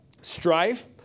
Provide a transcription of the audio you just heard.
Strife